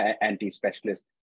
anti-specialists